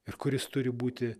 ir kuris turi būti